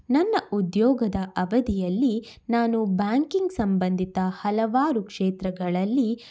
ನನ್ನ ಉದ್ಯೋಗದ ಅವಧಿಯಲ್ಲಿ ನಾನು ಬ್ಯಾಂಕಿಂಗ್ ಸಂಬಂಧಿತ ಹಲವಾರು ಕ್ಷೇತ್ರಗಳಲ್ಲಿ